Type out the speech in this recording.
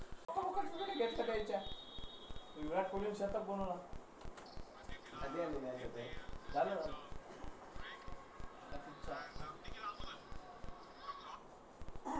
मी सौता इनकाम करतो थ्या फॅक्टरीवर मले कर्ज भेटन का?